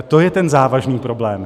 To je ten závažný problém.